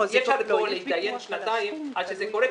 אי אפשר להתנהל פה שנתיים עד שזה קורה.